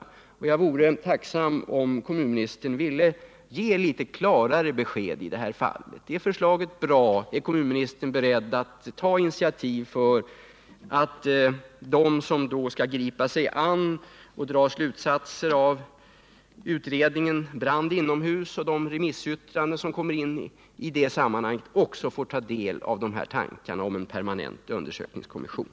Jag vore tacksam om kommunministern ville lämna litet klarare besked: Är förslaget bra? Är kommunministern beredd att ta initiativ för att de som skall gripa sig an med och dra slutsatser av utredningen Brand inomhus och de remissyttranden som inkommer i det sammanhanget också får ta del av tankarna om en permanent undersökningskommission?